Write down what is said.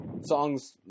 songs